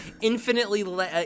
infinitely